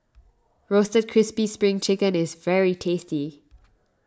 Roasted Crispy Spring Chicken is very tasty